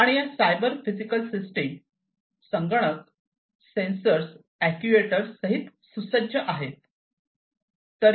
आणि या cyber physical systems संगणक सेन्सर्स अॅक्ट्युएटर्स सहित सुसज्ज आहेत